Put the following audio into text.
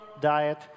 diet